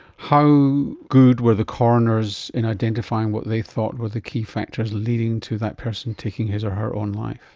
how good were the coroners in identifying what they thought were the key factors leading to that person taking his or her own life?